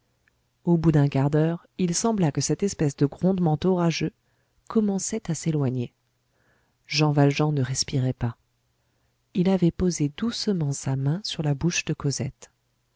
au bout d'un quart d'heure il sembla que cette espèce de grondement orageux commençait à s'éloigner jean valjean ne respirait pas il avait posé doucement sa main sur la bouche de cosette